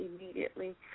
immediately